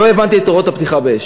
לא הבנתי את הוראות הפתיחה באש.